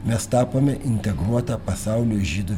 mes tapome integruota pasaulio žydų